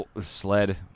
SLED